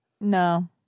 No